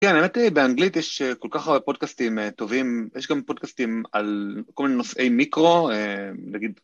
כן באמת באנגלית יש כל כך הרבה פודקאסטים טובים, יש גם פודקאסטים על כל מיני נושאי מיקרו נגיד.